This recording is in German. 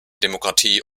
demokratie